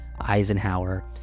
Eisenhower